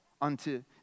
unto